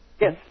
Yes